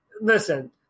listen